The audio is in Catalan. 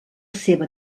seva